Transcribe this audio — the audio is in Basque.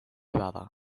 bada